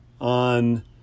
on